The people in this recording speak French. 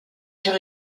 car